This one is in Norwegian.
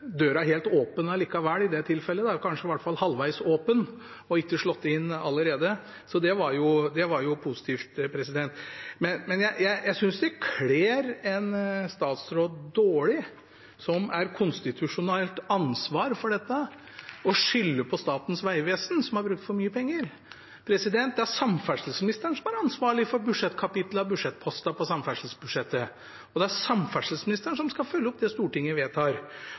døra ikke helt åpen likevel i det tilfellet, kanskje i hvert fall halvvegs åpen og ikke slått inn allerede. Så det var positivt. Men jeg synes det kler en statsråd dårlig, som har konstitusjonelt ansvar for dette, å skylde på Statens vegvesen for å bruke for mye penger. Det er samferdselsministeren som er ansvarlig for budsjettkapitlene og budsjettpostene på samferdselsbudsjettet, og det er samferdselsministeren som skal følge opp det Stortinget vedtar.